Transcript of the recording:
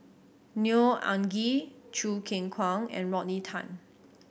Neo Anngee Choo Keng Kwang and Rodney Tan